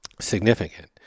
significant